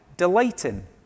Delighting